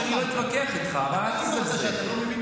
אתה אמרת בעצמך שאתה לא מבין.